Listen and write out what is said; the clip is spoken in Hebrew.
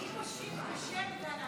מי משיב בשם גלנט?